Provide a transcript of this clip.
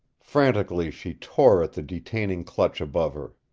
frantically she tore at the detaining clutch above her.